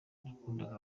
nakundaga